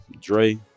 Dre